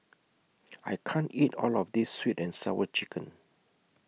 I can't eat All of This Sweet and Sour Chicken